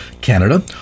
Canada